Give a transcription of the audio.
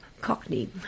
Cockney